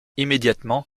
immédiatement